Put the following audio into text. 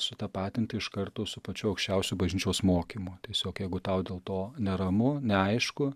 sutapatinti iš karto su pačiu aukščiausiu bažnyčios mokymu tiesiog jeigu tau dėl to neramu neaišku